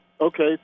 Okay